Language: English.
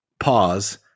pause